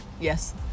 yes